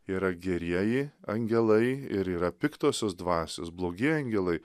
yra gerieji angelai ir yra piktosios dvasios blogi angelai